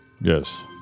Yes